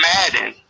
Madden